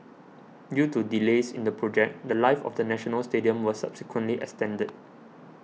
due to delays in the project the Life of the National Stadium was subsequently extended